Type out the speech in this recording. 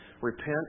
repent